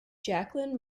jacqueline